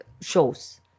shows